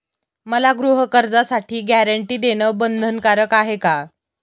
मला गृहकर्जासाठी गॅरंटी देणं बंधनकारक आहे का?